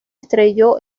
estrelló